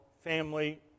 family